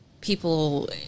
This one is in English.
people